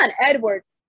Edwards